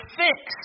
fix